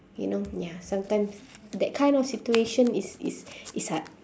you know ya sometimes that kind of situation is is is hard